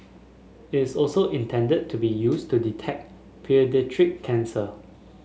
it is also intended to be used to detect paediatric cancer